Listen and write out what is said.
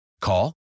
Call